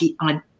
on